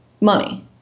money